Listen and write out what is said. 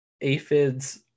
aphids